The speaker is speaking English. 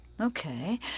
Okay